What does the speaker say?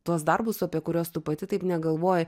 tuos darbus apie kuriuos tu pati taip negalvoji